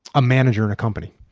ah manager in a company.